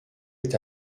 est